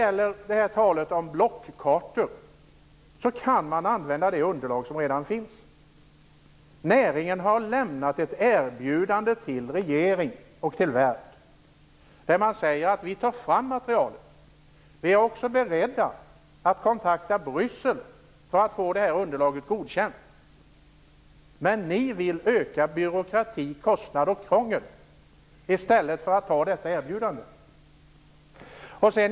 När det gäller blockkartorna kan man använda det underlag som redan finns. Näringen har lämnat ett erbjudande till regeringen och till Jordbruksverket om att själva ta fram materialet. Den är också beredd att kontakta Bryssel för att få detta underlag godkänt. Men ni vill öka byråkrati, kostnad och krångel i stället för att anta detta erbjudande.